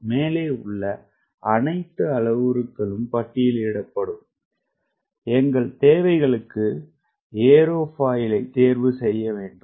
மேலே உள்ள அனைத்து அளவுருக்கள் பட்டியலிடப்படும் எங்கள் தேவைகளுக்கு ஏரோஃபாயிலை தேர்வு செய்ய வேண்டும்